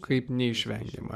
kaip neišvengiama